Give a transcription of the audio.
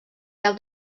peu